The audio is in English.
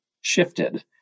shifted